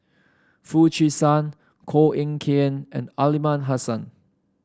Foo Chee San Koh Eng Kian and Aliman Hassan